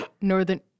Northern